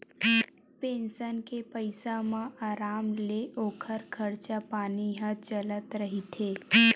pension के पइसा म अराम ले ओखर खरचा पानी ह चलत रहिथे